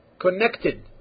Connected